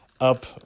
up